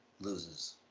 loses